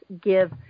give